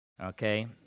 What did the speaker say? okay